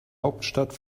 hauptstadt